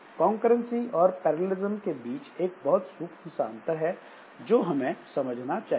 concurrency और parallelism के बीच एक बहुत सूक्ष्म सा अंतर है जो हमें समझना चाहिए